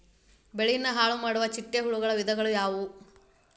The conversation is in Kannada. ಬೆಳೆನ ಹಾಳುಮಾಡುವ ಚಿಟ್ಟೆ ಹುಳುಗಳ ವಿಧಗಳು ಯಾವವು?